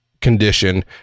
condition